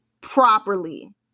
properly